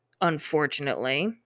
unfortunately